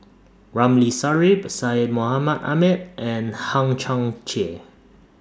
Ramli Sarip Syed Mohamed Ahmed and Hang Chang Chieh